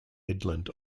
midland